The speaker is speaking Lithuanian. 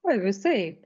oi visaip